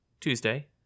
Tuesday